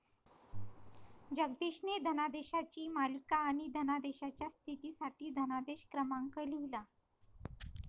जगदीशने धनादेशांची मालिका आणि धनादेशाच्या स्थितीसाठी धनादेश क्रमांक लिहिला